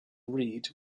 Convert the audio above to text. read